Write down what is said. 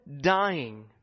dying